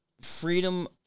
freedom